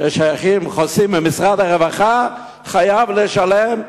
ששייכות לחוסים של משרד הרווחה, חייבים לשלם.